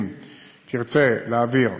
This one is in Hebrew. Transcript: אם תרצה להעביר,